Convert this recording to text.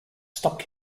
stopped